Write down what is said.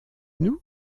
nous